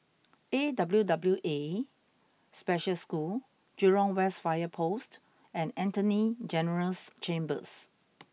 A W W A Special School Jurong West Fire Post and Attorney General's Chambers